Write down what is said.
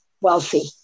wealthy